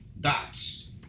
dots